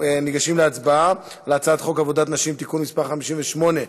ניגשים להצבעה על הצעת חוק עבודת נשים (תיקון מס' 58),